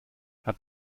hat